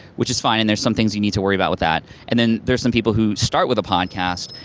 which is fine, and there's some things you need to worry about with that. and then there's some people who start with a podcast,